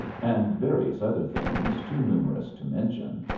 and various other things, too numerous to mention.